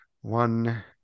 One